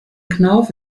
knauf